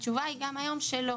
התשובה היא גם היום שלא,